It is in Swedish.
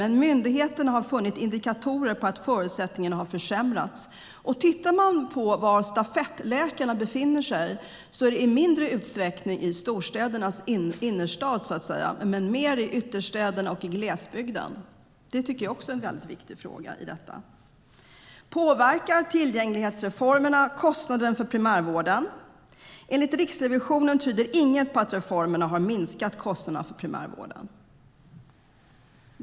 Men myndigheten har funnit indikatorer på att förutsättningarna har försämrats. Tittar man på var stafettläkarna befinner sig är det i mindre utsträckning i storstädernas innerstäder och mer i ytterstäderna och i glesbygden. Det är också en väldigt viktig fråga i detta. Påverkar tillgänglighetsreformerna kostnaderna för primärvården? Enligt Riksrevisionen tyder inget på att reformerna har minskat kostnaderna för primärvården.